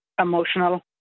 emotional